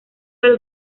del